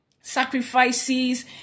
sacrifices